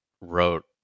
wrote